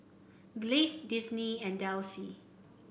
Glade Disney and Delsey